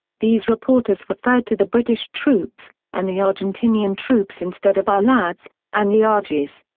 these reporters referred to the british troops and the argentinian troops instead of our lads and the argies.